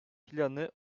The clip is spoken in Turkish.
planı